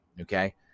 okay